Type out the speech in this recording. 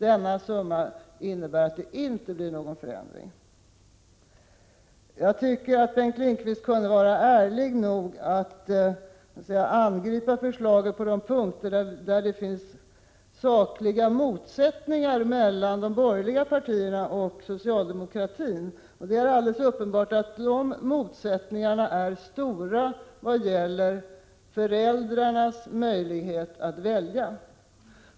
Denna summa innebär att det inte blir någon förändring. Bengt Lindqvist kunde vara ärlig nog att angripa förslaget på de punkter där det finns sakliga motsättningar mellan de borgerliga partierna och socialdemokratin. Det är alldeles uppenbart att de motsättningarna är stora vad gäller föräldrarnas möjlighet att välja.